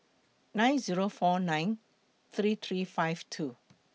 nine Zero four nine three three five two